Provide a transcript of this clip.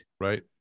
right